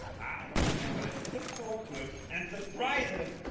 i am gonna top toe up to him and surprise him.